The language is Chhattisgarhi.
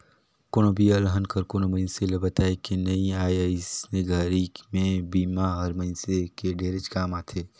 कोनो भी अलहन हर कोनो मइनसे ल बताए के नइ आए अइसने घरी मे बिमा हर मइनसे के ढेरेच काम आथे